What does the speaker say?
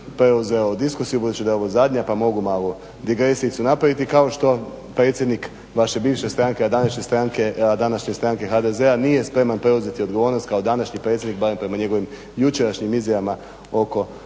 preuzeo diskusiju budući da je ovo zadnja pa mogu malu digresijicu napraviti, kao što predsjednik vaše bivše stranke a današnje stranke HDZ-a nije spreman preuzeti odgovornost kao današnji predsjednik barem prema njegovim jučerašnjim izjavama oko